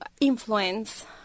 influence